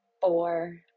four